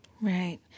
Right